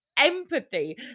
empathy